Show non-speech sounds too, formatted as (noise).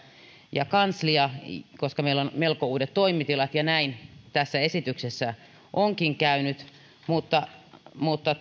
ja kanslia koska meillä on melko uudet toimitilat ja näin tässä esityksessä onkin käynyt mutta mutta (unintelligible)